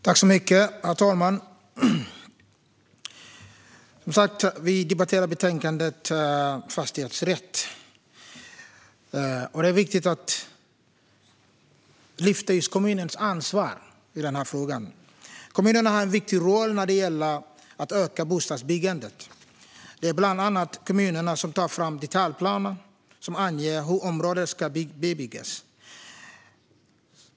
Herr talman! Vi debatterar alltså betänkandet Fastighetsrätt . Det är viktigt att lyfta fram kommunernas ansvar i denna fråga. Kommunerna har en viktig roll när det gäller att öka bostadsbyggandet. Det är bland andra kommunerna som tar fram de detaljplaner som anger hur områden ska bebyggas.